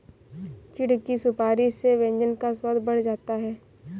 चिढ़ की सुपारी से व्यंजन का स्वाद बढ़ जाता है